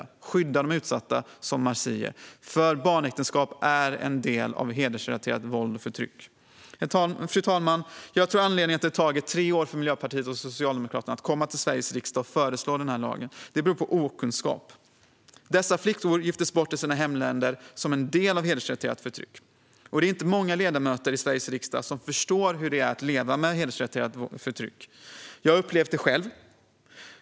Vi måste skydda de utsatta, som Marzieh, för barnäktenskap är en del av hedersrelaterat våld och förtryck. Fru talman! Jag tror att anledningen till att det har tagit tre år för Miljöpartiet och Socialdemokraterna att komma till Sveriges riksdag och föreslå denna lag är okunskap. Dessa flickor giftes bort i sina hemländer som en del av hedersrelaterat förtryck. Det är inte många ledamöter av Sveriges riksdag som förstår hur det är att leva med hedersrelaterat förtryck. Jag har upplevt det själv.